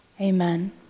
amen